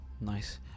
nice